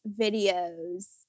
videos